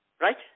Right